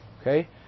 Okay